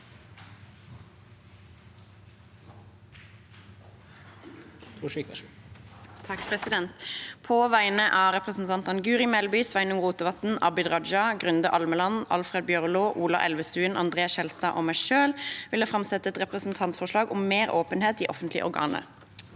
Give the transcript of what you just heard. På vegne av representantene Guri Melby, Sveinung Rotevatn, Abid Raja, Grunde Almeland, Alfred Jens Bjørlo, Ola Elvestuen, Andre N. Skjelstad og meg selv vil jeg framsette et representantforslag om mer åpenhet i offentlige organer.